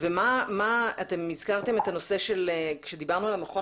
כשדיברתם על המכון